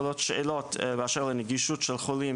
עולות שאלות באשר לנגישות של חולים,